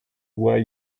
why